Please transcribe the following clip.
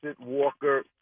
Walker